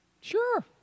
Sure